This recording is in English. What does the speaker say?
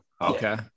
Okay